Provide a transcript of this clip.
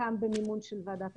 חלקם במימון של משרד הקליטה,